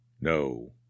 no